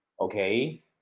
okay